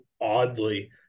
oddly